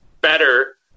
better